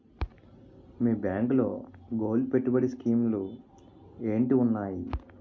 మీ బ్యాంకులో గోల్డ్ పెట్టుబడి స్కీం లు ఏంటి వున్నాయి?